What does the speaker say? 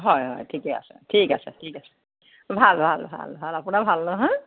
হয় হয় ঠিকে আছে ঠিক আছে ঠিক আছে ভাল ভাল ভাল ভাল আপোনাৰ ভাল নহয়